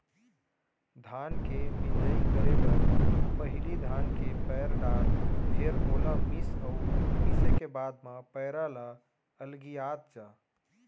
धान के मिंजई करे बर पहिली धान के पैर डार फेर ओला मीस अउ मिसे के बाद म पैरा ल अलगियात जा